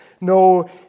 no